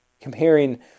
comparing